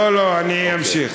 לא, אני אמשיך.